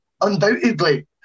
undoubtedly